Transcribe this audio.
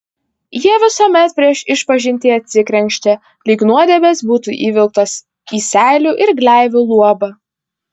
jie visuomet prieš išpažintį atsikrenkščia lyg nuodėmės būtų įvilktos į seilių ir gleivių luobą